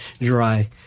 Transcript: dry